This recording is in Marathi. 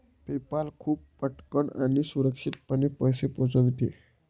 पेपाल खूप पटकन आणि सुरक्षितपणे पैसे पोहोचविते